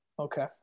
Okay